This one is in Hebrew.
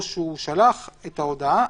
או שהוא שלח את ההודעה,